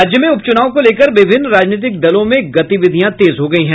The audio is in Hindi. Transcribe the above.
राज्य में उपचुनाव को लेकर विभिन्न राजनीतिक दलों में गतिविधियां तेज हो गई है